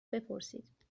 بپرسید